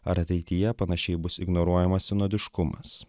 ar ateityje panašiai bus ignoruojamas sinodiškumas